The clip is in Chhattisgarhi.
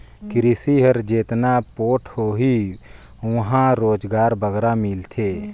किरसी हर जेतना पोठ होही उहां रोजगार बगरा मिलथे